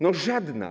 No żadna.